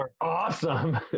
awesome